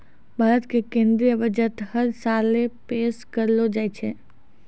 भारत के केन्द्रीय बजट हर साले पेश करलो जाय छै